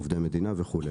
עובדי מדינה וכו'.